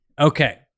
Okay